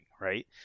right